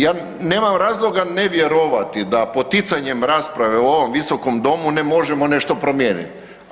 Ja nema razloga ne vjerovati da poticanjem rasprave u ovom visokom domu ne možemo nešto promijeniti.